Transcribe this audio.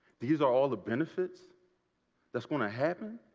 these are all the benefits that's going to happen?